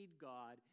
God